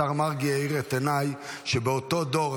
השר מרגי האיר את עיניי שבאותו דור,